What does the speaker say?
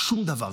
שום דבר,